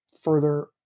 further